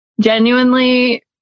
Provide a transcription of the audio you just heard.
genuinely